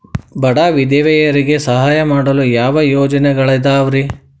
ಬಡ ವಿಧವೆಯರಿಗೆ ಸಹಾಯ ಮಾಡಲು ಯಾವ ಯೋಜನೆಗಳಿದಾವ್ರಿ?